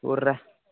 हुर्राक